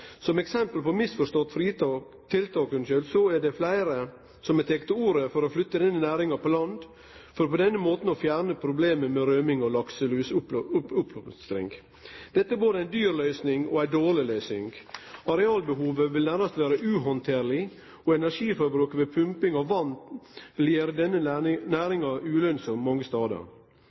Som eksempel på eit misforstått tiltak har fleire teke til orde for å flytte denne næringa på land for på denne måten å fjerne problemet med røming og lakselusoppblomstring. Dette er både ei dyr løysing og ei dårleg løysing. Arealbehovet vil vere nærmast uhandterleg, og energiforbruket ved pumping av vatn vil gjere denne næringa ulønnsam mange